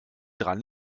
dran